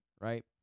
right